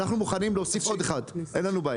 אנחנו מוכנים להוסיף עוד אחד, אין לנו בעיה.